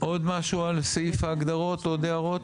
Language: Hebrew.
עוד משהו על סעיף ההגדרות, עוד הערות?